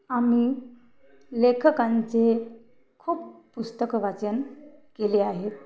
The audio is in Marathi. आम्ही लेखकांचे खूप पुस्तकं वाचन केले आहे